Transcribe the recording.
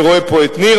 אני רואה פה את ניר,